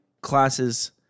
classes